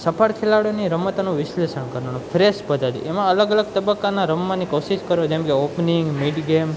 સફળ ખેલાડીની રમતનું વિશ્લેષણ કરવાનું ફ્રેશ પદ્ધતિ એમાં અલગ અલગ તબક્કાના રમવાની કોશિશ કરો જેમકે ઓપનિંગ મિડગેમ